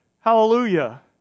hallelujah